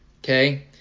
Okay